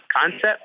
concept